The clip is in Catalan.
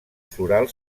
floral